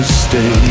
stay